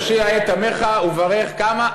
"הושיעה את עמך וברך" כמה?